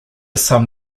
some